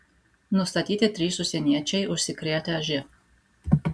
nustatyti trys užsieniečiai užsikrėtę živ